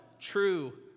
true